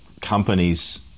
companies